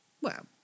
Well